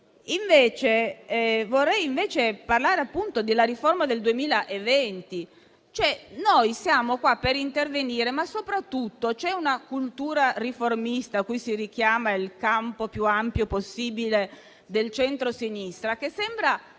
Vorrei ora parlare della riforma del 2020. Noi siamo qui per intervenire, ma soprattutto c'è una cultura riformista, a cui si richiama il campo più ampio possibile del centrosinistra, che sembra